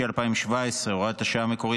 ב-1 ביוני 2017. הוראת השעה המקורית